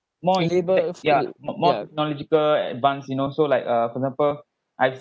more in text yeah more more technological advance you know so like uh for example I've